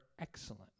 excellent